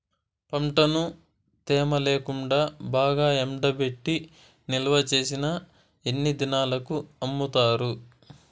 పంటను తేమ లేకుండా బాగా ఎండబెట్టి నిల్వచేసిన ఎన్ని దినాలకు అమ్ముతారు?